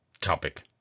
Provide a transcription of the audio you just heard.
topic